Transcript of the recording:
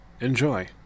enjoy